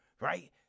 right